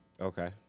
Okay